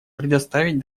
предоставить